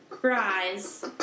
fries